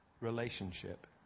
relationship